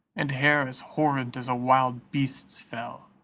and hair as horrent as a wild beast's fell.